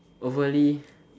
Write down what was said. overly